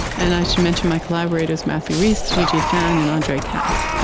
and i should mention my collaborators, matthew reece, jiji fan, and andrey katz.